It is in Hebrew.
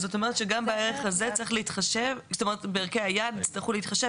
זאת אומרת שבערכי היעד יצטרכו להתחשב